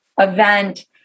event